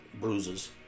bruises